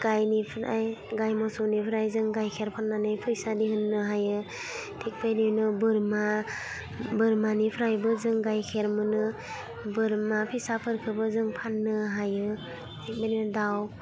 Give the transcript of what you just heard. गायनिफ्राय गाय मोसौनिफ्राय जों गाइखेर फाननानै फैसा दिहुननो हायो थिग बेबायदिनो बोरमा बोरमानिफ्रायबो जों गाइखेर मोनो बोरमा फिसाफोरखोबो जों फाननो हायो थिग बिदिनो दाउ